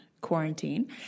quarantine